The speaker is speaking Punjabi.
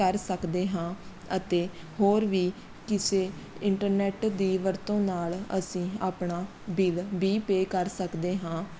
ਕਰ ਸਕਦੇ ਹਾਂ ਅਤੇ ਹੋਰ ਵੀ ਕਿਸੇ ਇੰਟਰਨੈੱਟ ਦੀ ਵਰਤੋਂ ਨਾਲ਼ ਅਸੀਂ ਆਪਣਾ ਬਿੱਲ ਵੀ ਪੇਅ ਕਰ ਸਕਦੇ ਹਾਂ